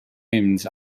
hymns